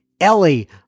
Ellie